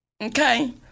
okay